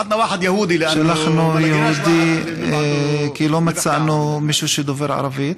שלחנו יהודי, כי לא מצאנו מישהו שדובר ערבית.